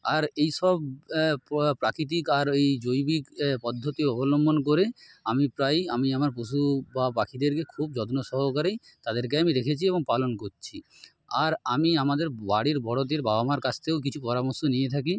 আর এই সব প্রাকৃতিক আর ওই জৈবিক পদ্ধতি অবলম্বন করে আমি প্রায়ই আমি আমার পশু বা পাখিদেরকে খুব যত্ন সহকারেই তাদেরকে আমি রেখেছি এবং পালন করছি আর আমি আমাদের বাড়ির বড়দের বাবা মার কাছ থেকেও কিছু পরামর্শ নিয়ে থাকি